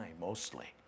mostly